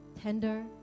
tender